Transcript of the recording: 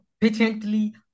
patiently